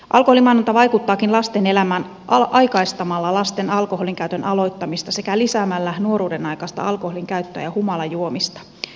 alkoholimainonta vaikuttaakin lasten elämään aikaistamalla lasten alkoholinkäytön aloittamista sekä lisäämällä nuoruudenaikaista alkoholinkäyttöä ja humalajuomista